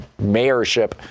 mayorship